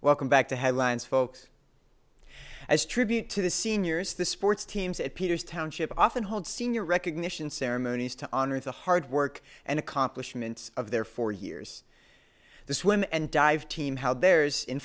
welcome back to headlines folks as tribute to the seniors the sports teams at peters township often hold senior recognition ceremonies to honor the hard work and accomplishments of their four years this women and dive team how there's in